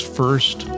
first